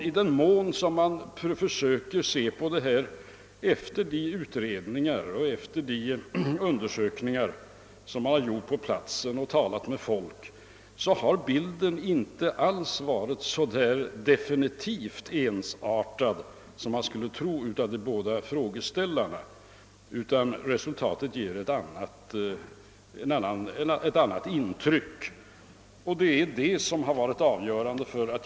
I den mån man försöker bedöma denna fråga efter de utredningar och de undersökningar som gjorts på platsen och sedan man talat med folk har bilden inte alls varit så definitivt ensartad som vi skulle kunna tro sedan vi lyssnat till de båda frågeställarna. Allt detta ger ett annat intryck. Det är detta som legat bakom mitt ställningstagande.